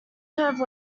have